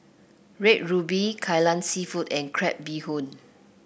Red Ruby Kai Lan seafood and Crab Bee Hoon